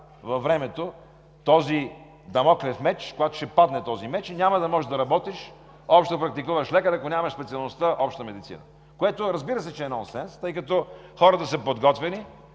във времето, когато ще падне този дамоклев меч и няма да можеш да работиш като общопрактикуващ лекар, ако нямаш специалността „Обща медицина“. Което, разбира се, че е нонсенс, тъй като хората са подготвени